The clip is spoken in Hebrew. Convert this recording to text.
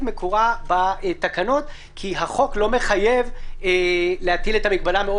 מקורה בתקנות כי החוק לא מחייב להטיל את המגבלה המאוד